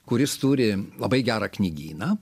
kuris turi labai gerą knygyną